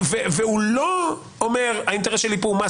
והוא לא אומר: האינטרס שלי פה הוא מס